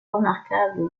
remarquable